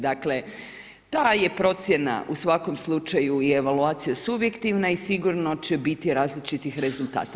Dakle, ta je procjena u svakom slučaju i evaluacija subjektivna i sigurno će biti različitih rezultata.